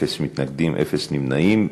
אפס מתנגדים, אפס נמנעים.